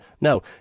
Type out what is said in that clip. No